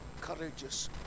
courageous